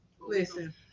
Listen